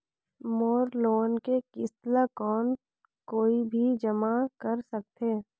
मोर loan के किस्त ल कौन कोई भी जमा कर सकथे?